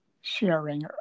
Sharing